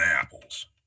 apples